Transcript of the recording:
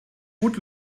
gut